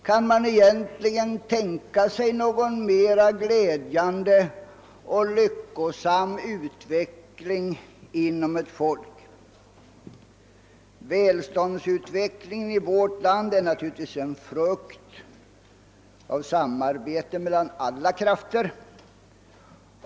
Kan man egentligen tänka sig någon mera glädjande och lyckosam utveckling inom ett folk? Välståndsutvecklingen i vårt land är naturligtvis en frukt av samarbete mellan alla slags krafter.